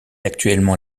actuellement